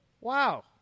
Wow